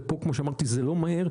ופה כפי שאמרתי זה לא מהר,